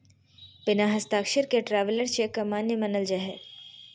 बिना हस्ताक्षर के ट्रैवलर चेक अमान्य मानल जा हय